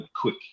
quick